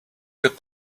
got